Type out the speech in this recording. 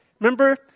remember